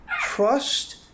trust